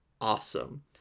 awesome